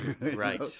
right